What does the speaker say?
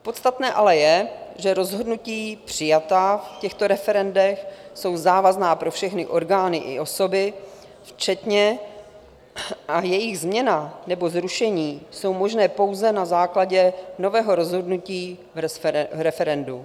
Podstatné ale je, že rozhodnutí přijatá v těchto referendech jsou závazná pro všechny orgány i osoby včetně a jejich změna nebo zrušení jsou možné pouze na základě nového rozhodnutí v referendu.